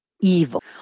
evil